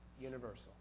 universal